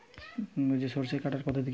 সরষে কাটার পদ্ধতি কি?